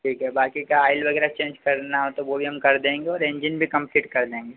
ठीक है बाक़ी का आइल वग़ैरह चेंज करना हो तो वह भी हम कर देंगे और एंजिन भी कंप्लीट कर देंगे